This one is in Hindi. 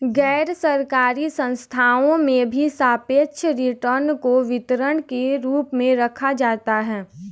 गैरसरकारी संस्थाओं में भी सापेक्ष रिटर्न को वितरण के रूप में रखा जाता है